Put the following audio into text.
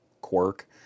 quirk